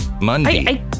Monday